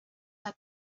had